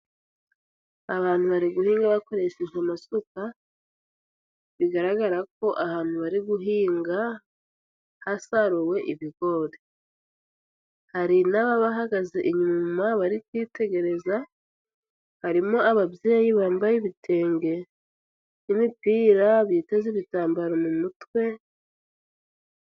Abantu bari guhinga bakoresheje amasuka, bigaragara ko ahantu bari guhinga hasaruwe ibigori, hari n'ababahagaze inyuma bari kwitegereza, harimo ababyeyi bambaye ibitenge n'imipira, biteze ibitambaro mu mutwe.